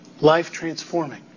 life-transforming